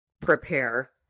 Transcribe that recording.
prepare